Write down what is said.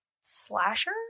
slasher